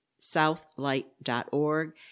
southlight.org